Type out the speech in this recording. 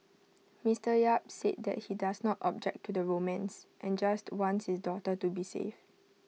Mister yap said that he does not object to the romance and just wants his daughter to be safe